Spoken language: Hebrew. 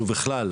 ובכלל,